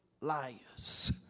liars